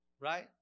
Right